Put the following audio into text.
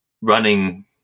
running